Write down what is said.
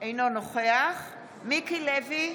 אינו נוכח מיקי לוי,